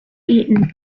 eaten